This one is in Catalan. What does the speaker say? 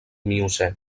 miocè